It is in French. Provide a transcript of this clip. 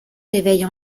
réveille